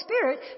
Spirit